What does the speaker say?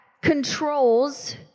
controls